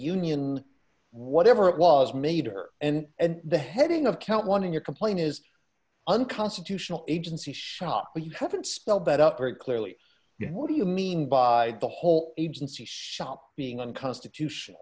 union whatever it was made her and the heading of count one in your complaint is unconstitutional agency shop but you haven't spelled bed up very clearly you know what do you mean by the whole agency shop being unconstitutional